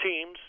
teams